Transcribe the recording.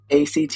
ACT